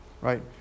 right